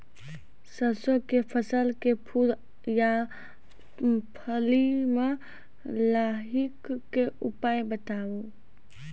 सरसों के फसल के फूल आ फली मे लाहीक के उपाय बताऊ?